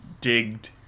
digged